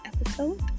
episode